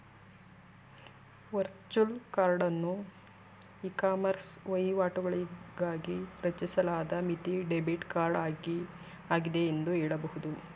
virtual ಕಾರ್ಡನ್ನು ecommerce ವಹಿವಾಟುಗಳಿಗಾಗಿ ರಚಿಸಲಾದ ಮಿತಿ ಡೆಬಿಟ್ ಕಾರ್ಡ್ ಆಗಿದೆ ಎಂದು ಹೇಳಬಹುದು